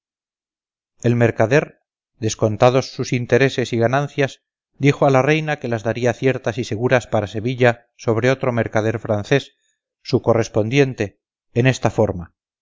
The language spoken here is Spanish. el mercader descontados sus intereses y ganancias dijo a la reina que las daría ciertas y seguras para sevilla sobre otro mercader francés su correspondiente en esta forma